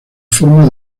forma